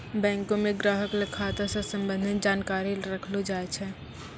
बैंको म ग्राहक ल खाता स संबंधित जानकारी रखलो जाय छै